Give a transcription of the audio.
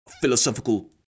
philosophical